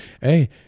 hey